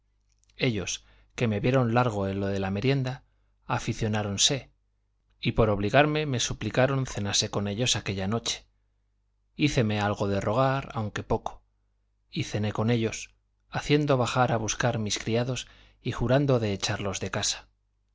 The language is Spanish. ellos que me vieron largo en lo de la merienda aficionáronse y por obligarme me suplicaron cenase con ellos aquella noche híceme algo de rogar aunque poco y cené con ellos haciendo bajar a buscar mis criados y jurando de echarlos de casa